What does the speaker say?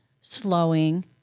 slowing